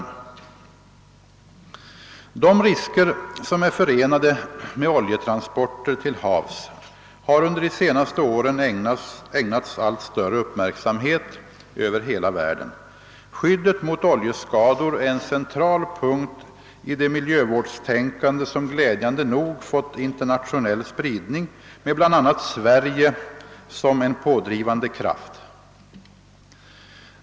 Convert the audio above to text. De risker som är förenade med oljetransporter till havs har under de senaste åren ägnats allt större uppmärksamhet över hela världen. Skyddet mot oljeskador är en central punkt i det miljövårdstänkande som glädjande nog fått internationell spridning med bl a. Sverige som en pådrivande kraft.